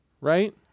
Right